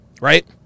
Right